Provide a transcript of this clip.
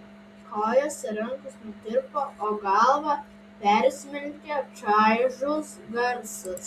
kojos ir rankos nutirpo o galvą persmelkė čaižus garsas